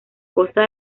costa